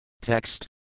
Text